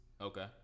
Okay